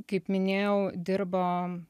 kaip minėjau dirbam